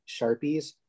Sharpies